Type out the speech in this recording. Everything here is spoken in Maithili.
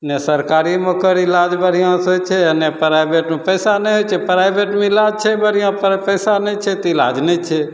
नहि सरकारीमे ओकर इलाज बढ़िआँसे होइ छै आओर नहि प्राइवेटमे पइसा नहि होइ छै प्राइवेटमे इलाज छै बढ़िआँ पर पइसा नहि छै तऽ इलाज नहि छै